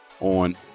on